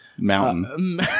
mountain